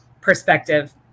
perspective